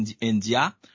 India